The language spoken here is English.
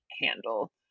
handle